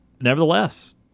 nevertheless